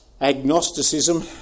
Agnosticism